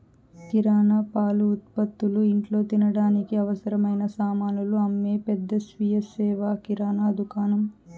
కిరణా, పాల ఉత్పతులు, ఇంట్లో తినడానికి అవసరమైన సామానులు అమ్మే పెద్ద స్వీయ సేవ కిరణా దుకాణం